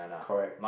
correct